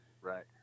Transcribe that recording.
right